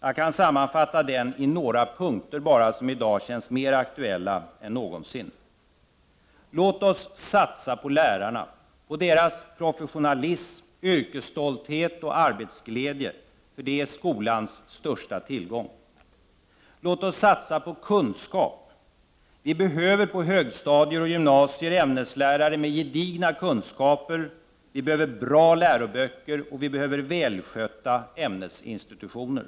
Jag kan sammanfatta den i några punkter, som i dag känns mer aktuella än någonsin. Oo Låt oss satsa på lärarna. Deras professionalism, yrkesstolthet och arbetsglädje är skolans största tillgång. Oo Låt oss satsa på kunskap. Vi behöver på högstadier och gymnasier ämneslärare med gedigna kunskaper, vi behöver bra läroböcker och välskötta ämnesinstitutioner.